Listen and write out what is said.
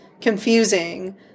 confusing